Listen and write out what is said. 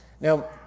Now